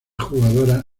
jugadora